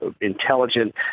intelligent